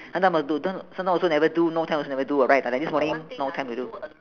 and now my sometimes also never do no time also never do what right uh like this morning no time to do